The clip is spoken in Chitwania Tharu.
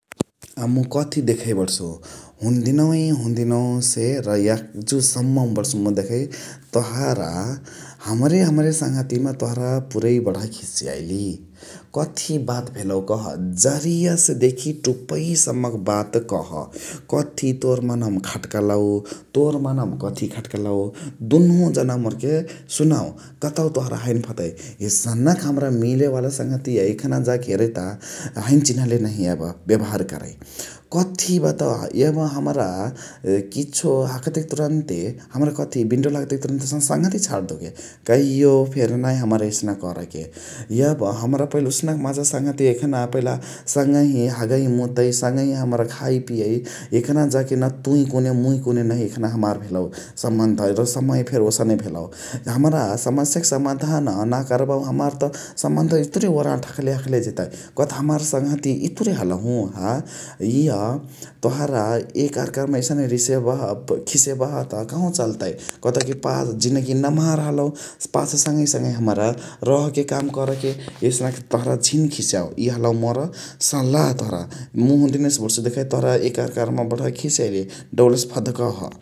कथी देखै बणसु, हुन्देनवै हुन्देनवइ से आ याजु सम्म बणसु मुइ देखइ तोहरा हमरे हमरे सङ्हती मा तोहरा पुरइ बणहा ख्सियइली । कथी बात भेलउ कह जरिया से देखी टुपइ सम्म क बात कह। कथी तोर मनवा मा खट्कलउ, तोर मनवा मा कथी खट्कलउ दुनुहु जाना मोर के सुनाउ । कतउ तोहरा हैने फद्कइ एसनक हमरा मिलेवाला सङ्हतिया यखना जा के हेरही ता हैने चिन्हले नहिया बेभार करइ । कथी बातवा यब हमरा किछो हखतेकी तुरन्ते हमरा कथी बिन्डउल हखतेकी तुरन्ते सङ्हतिया छड्देउ के कहियो फेरी नाही हमरा एसने करके। यब पहिला हमरा ओसनक माजा सङ्हतिया यखना पहिला सङगही हगइ मुतइ सङगही हमरा खाइ पियइ यखना जा के तुइ कुने मुइ कुने नहिया यखना हमार भेलउ सम्मन्धा समय फेरी ओसने भेलउ। हमरा समस्सिया क सामधान नाइ कर्बहु त सम्मन्धा इतुरे ओराट हखले हखले जेतइ । कथ हमार सङ्हतिया इतुरे हलहु हा इय तोहरा एकआर्का मा इतुरे खिसियबह कहवा चल्तइ । कतउकी पावल जिन्दगी नम्हर हलउ पछसे सङगही सङगही हमरा रहके काम करके एसनक तोहरा झिन खिसियाउ इ हलउ मोर सल्लाह, तोहरा मुइ हुन्दिनवाही से बणसु देखइ तोहरा एकआर्कामा बणह खिसियइली दउलसे रहह ।